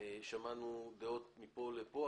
שמענו דעות מפה ומפה,